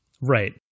right